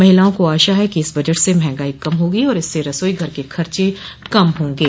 महिलाओं को आशा है कि इस बजट से मंहगाई कम होगी और इससे रसोईघर के खर्चें कम होंगे